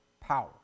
power